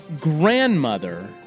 grandmother